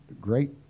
great